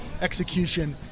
execution